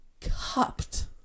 cupped